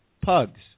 Pugs